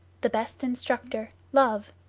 the best instructor, love,